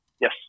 Yes